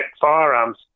firearms